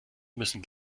müssen